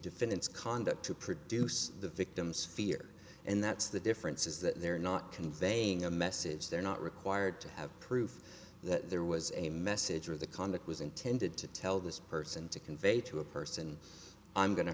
defendants conduct to produce the victim's fear and that's the difference is that they're not conveying a message they're not required to have proof that there was a message of the conduct was intended to tell this person to convey to a person i'm going to